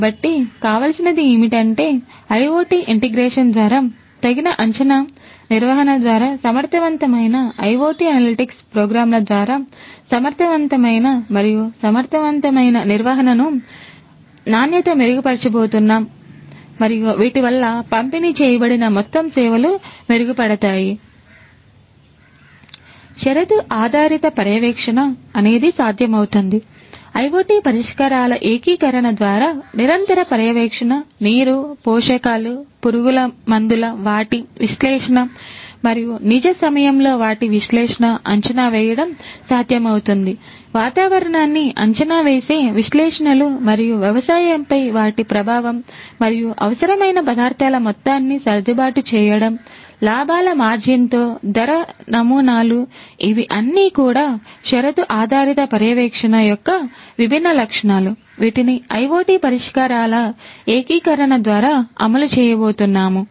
కాబట్టికావలసినది ఏమిటంటే IoT integration ద్వారా తగిన అంచనా నిర్వహణ ద్వారా సమర్థవంతమైన IoT అనలిటిక్స్ ప్రోగ్రామ్ల ద్వారా సమర్థవంతమైన మరియు సమర్థవంతమైన నిర్వహణ ను మరియు నాణ్యతను మెరుగుపరచబోతున్నాం మరియు వీటివల్ల పంపిణీ చేయబడిన మొత్తం సేవలు మెరుగుపడతాయి షరతు ఆధారిత పర్యవేక్షణ యొక్క విభిన్న లక్షణాలు వీటిని IoT పరిష్కారాల ఏకీకరణ ద్వారా అమలు చేయబోతున్నాము